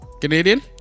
Canadian